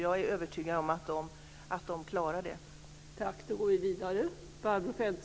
Jag är övertygad om att det klarar det.